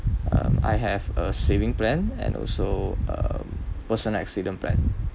um I have a saving plan and also um personal accident plan